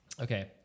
Okay